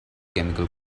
chemical